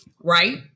right